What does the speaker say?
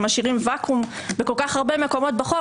משאירים ואקום בכל כך הרבה מקומות בחוק,